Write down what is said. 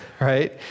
right